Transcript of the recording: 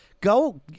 Go